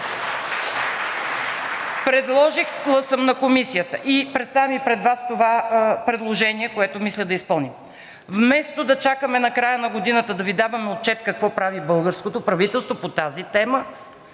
Предложила съм на Комисията – представям и пред Вас това предложение, което мисля да изпълня, вместо да чакаме накрая на годината да Ви даваме отчет какво прави българското правителство по тази тема,